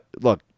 look